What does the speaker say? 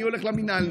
אני הולך למינהל,